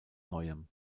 neuem